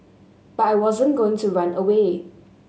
but I wasn't going to run away